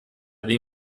dei